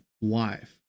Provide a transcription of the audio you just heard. wife